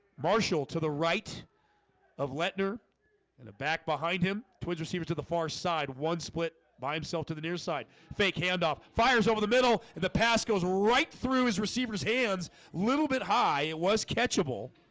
marshall to the right of letner and a back behind him twins receiver to the far side one split by himself to the near side fake handoff fires over the middle and the pass goes right through his receivers hands a little bit high. it was catchable